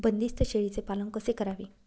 बंदिस्त शेळीचे पालन कसे करावे?